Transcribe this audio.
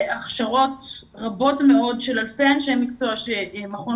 בהכשרות רבות מאוד של אלפי אנשי מקצוע שמכון